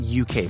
UK